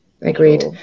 agreed